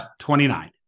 29